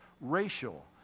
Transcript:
racial